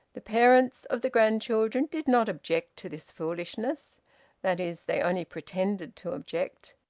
the parents of the grandchildren did not object to this foolishness that is, they only pretended to object.